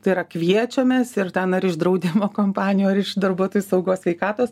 tai yra kviečiamės ir ten ar iš draudimo kompanijų ar iš darbuotojų saugos sveikatos